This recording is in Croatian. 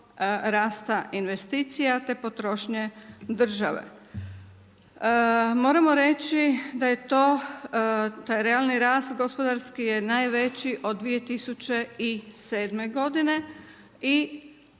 rasta investicija, te potrošnje države. Moramo reći da je to, taj realni rast gospodarski je najveći od 2007. godine i